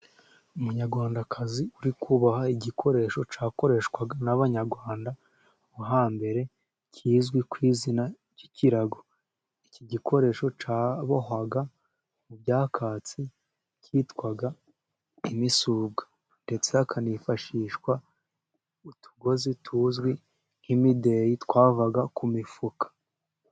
Umunyarwandakazi uri kuboha igikoresho cyakoreshwaga n'abanyarwanda bo hambere kizwi ku izina ry'ikirago. Iki gikoresho cyabohwaga mu byakatsi byitwaga imisuga ,ndetse hakanifashishwa utugozi tuzwi nk'imideyi twavaga ku mifuka.